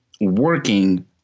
working